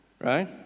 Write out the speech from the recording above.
Right